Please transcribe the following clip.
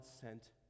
sent